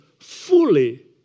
fully